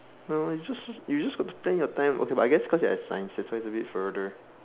no you just you just got to plan your time okay but I guess you're at science so it's a bit further